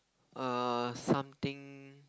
err something